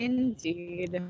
Indeed